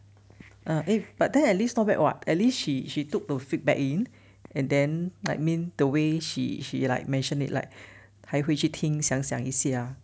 eh but then at least not bad [what] at least she she took the feedback in and then like mean the way she she like mentioned it like 还会去听想想一些